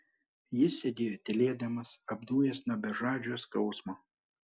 jis sėdėjo tylėdamas apdujęs nuo bežadžio skausmo